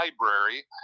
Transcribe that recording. Library